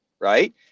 Right